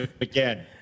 again